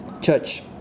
Church